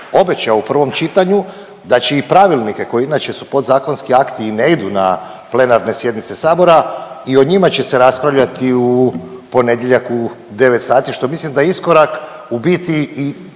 obećao u prvom čitanju da će i pravilnike koji inače su podzakonski akti i ne idu na plenarne sjednice Sabora i o njima će se raspravljati u ponedjeljak u 9 sati što mislim da je iskorak u biti i